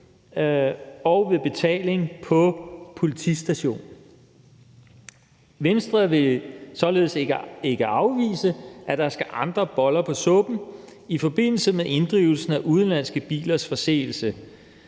og ved betaling på politistationen. Venstre vil således ikke afvise, at der skal andre boller på suppen i forbindelse med inddrivelsen af bøder for udenlandske bilers forseelser.